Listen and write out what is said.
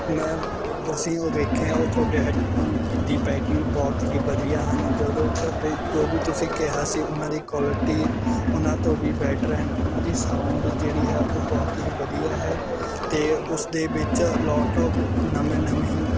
ਮੈਂ ਅਸੀ ਉਹ ਦੇਖੇ ਉਹ ਤੁਹਾਡੇ ਹੈੱਡਫੋਨ ਦੀ ਪੈਕਿੰਗ ਬਹੁਤ ਹੀ ਵਧੀਆ ਹਨ ਜਦੋਂ ਤੁਹਾਡੇ ਜੋ ਵੀ ਤੁਸੀਂ ਕਿਹਾ ਸੀ ਉਹਨਾਂ ਦੀ ਕੁਆਲਿਟੀ ਉਹਨਾਂ ਤੋਂ ਵੀ ਬੈਟਰ ਹਨ ਉਹਨਾਂ ਦੀ ਸਾਊਂਡ ਜਿਹੜੀ ਹੈ ਉਹ ਬਹੁਤ ਹੀ ਵਧੀਆ ਹੈ ਅਤੇ ਉਸਦੇ ਵਿੱਚ ਲੌਟ ਆਫ ਨਵੇਂ ਨਵੇਂ ਹੀ